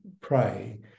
pray